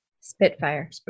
spitfire